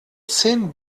zehn